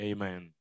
Amen